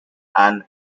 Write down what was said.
and